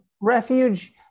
Refuge